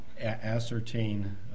ascertain